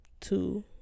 Two